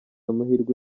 amahirwe